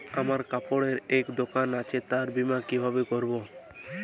আমার কাপড়ের এক দোকান আছে তার বীমা কিভাবে করবো?